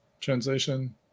translation